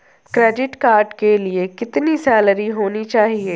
Credit card के लिए कितनी सैलरी होनी चाहिए?